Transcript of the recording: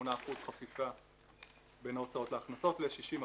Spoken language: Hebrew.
מ-38% חפיפה בין ההוצאות להכנסות ל-60%.